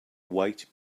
white